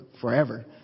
forever